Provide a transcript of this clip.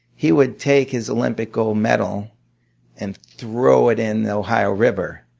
he would take his olympic gold medal and throw it in the ohio river,